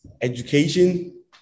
education